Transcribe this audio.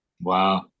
Wow